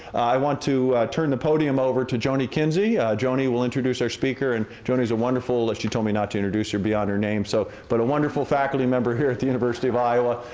i want to turn the podium over to joni kinsey. joni will introduce our speaker and joni's a wonderful. she told me not to introduce her beyond her name, so. but a wonderful faculty member here at the university of iowa,